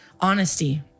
honesty